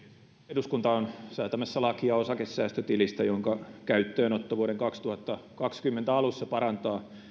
eduskunta on säätämässä lakia osakesäästötilistä jonka käyttöönotto vuoden kaksituhattakaksikymmentä alussa parantaa